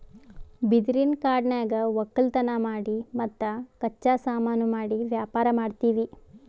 ಬಿದಿರಿನ್ ಕಾಡನ್ಯಾಗ್ ವಕ್ಕಲತನ್ ಮಾಡಿ ಮತ್ತ್ ಕಚ್ಚಾ ಸಾಮಾನು ಮಾಡಿ ವ್ಯಾಪಾರ್ ಮಾಡ್ತೀವಿ